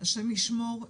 השם ישמור,